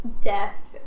death